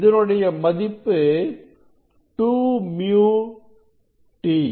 இதனுடைய மதிப்பானது 2 µ t